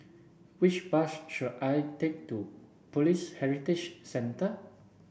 which bus should I take to Police Heritage Centre